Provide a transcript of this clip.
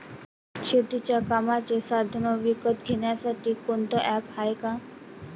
शेतीच्या कामाचे साधनं विकत घ्यासाठी कोनतं ॲप हाये का?